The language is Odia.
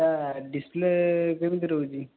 ତା ଡିସପ୍ଲେ କେମିତି ରହୁଛି